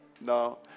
no